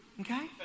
Okay